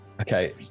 Okay